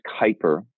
Kuiper